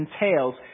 entails